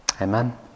Amen